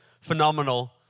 phenomenal